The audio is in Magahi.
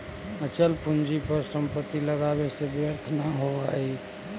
अचल पूंजी पर संपत्ति लगावे से व्यर्थ न होवऽ हई